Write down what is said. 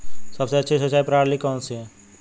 सबसे अच्छी सिंचाई प्रणाली कौन सी है?